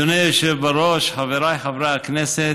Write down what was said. אדוני היושב בראש, חבריי חברי הכנסת,